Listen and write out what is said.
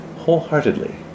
Wholeheartedly